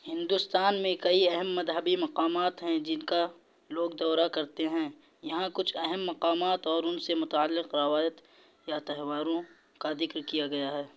ہندوستان میں کئی اہم مذہبی مقامات ہیں جن کا لوگ دورہ کرتے ہیں یہاں کچھ اہم مقامات اور ان سے متعلق روایت یا تہواروں کا ذکر کیا گیا ہے